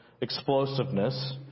explosiveness